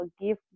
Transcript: give